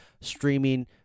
streaming